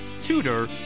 tutor